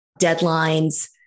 deadlines